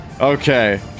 Okay